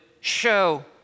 show